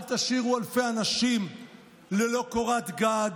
אל תשאירו אלפי אנשים ללא קורת גג.